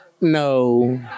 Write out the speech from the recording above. No